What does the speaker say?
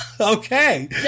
Okay